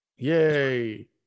Yay